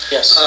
Yes